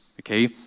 okay